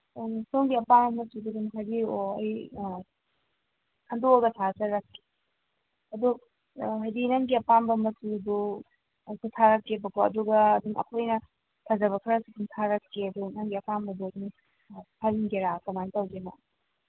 ꯑꯣ ꯁꯣꯝꯒꯤ ꯑꯞꯥꯝꯕ ꯃꯆꯨꯗꯣ ꯑꯗꯨꯝ ꯍꯥꯏꯕꯤꯔꯛꯑꯣ ꯑꯩ ꯈꯟꯗꯣꯛꯑꯒ ꯊꯥꯖꯔꯛꯀꯦ ꯑꯗꯨ ꯍꯥꯏꯗꯤ ꯅꯪꯒꯤ ꯑꯄꯥꯝꯕ ꯃꯆꯨꯗꯨ ꯑꯩ ꯊꯥꯔꯛꯀꯦꯕꯀꯣ ꯑꯗꯨꯒ ꯑꯗꯨꯝ ꯑꯩꯈꯣꯏꯅ ꯐꯖꯕ ꯈꯔꯁꯨ ꯑꯗꯨꯝ ꯊꯥꯔꯛꯀꯦ ꯅꯪꯒꯤ ꯑꯄꯥꯝꯕꯗꯨ ꯑꯗꯨꯝ ꯈꯟꯒꯦꯔꯥ ꯀꯃꯥꯏ ꯇꯧꯗꯣꯏꯅꯣ